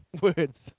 words